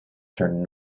turned